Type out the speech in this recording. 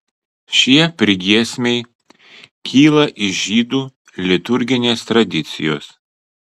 šie priegiesmiai kyla iš žydų liturginės tradicijos